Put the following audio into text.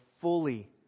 fully